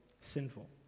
sinful